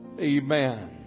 Amen